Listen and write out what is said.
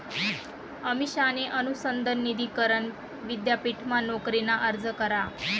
अमिषाने अनुसंधान निधी करण विद्यापीठमा नोकरीना अर्ज करा